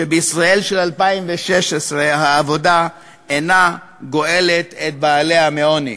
שבישראל של 2016 העבודה אינה גואלת את בעליה מעוני?